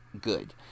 good